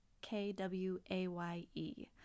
K-W-A-Y-E